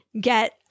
get